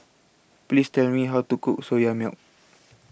Please Tell Me How to Cook Soya Milk